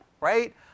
right